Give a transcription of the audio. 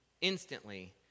instantly